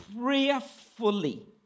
prayerfully